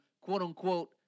quote-unquote